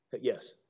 Yes